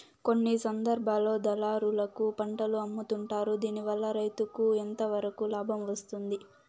కొన్ని సందర్భాల్లో దళారులకు పంటలు అమ్ముతుంటారు దీనివల్ల రైతుకు ఎంతవరకు లాభం వస్తుంది?